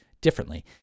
differently